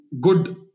good